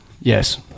Yes